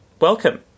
welcome